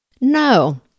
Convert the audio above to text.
No